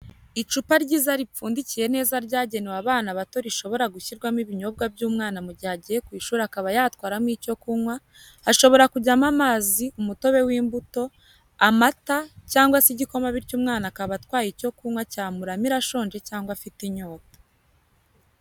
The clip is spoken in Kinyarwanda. Icupa ryiza ripfundikiye neza ryagenewe abana bato rishobora gushyirwamo ibinyobwa by'umwana mu gihe agiye ku ishuri akaba yatwaramo icyo kunywa hashobora kujyamo amazi umutobe w'imbuto, amata cyangwa se igikoma bityo umwana akaba atwaye icyo kunywa cyamuramira ashonje cyangwa afite inyota